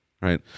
right